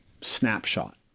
snapshot